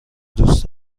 دوست